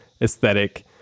aesthetic